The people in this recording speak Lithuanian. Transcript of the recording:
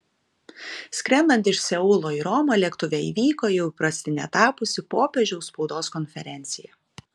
skrendant iš seulo į romą lėktuve įvyko jau įprastine tapusi popiežiaus spaudos konferencija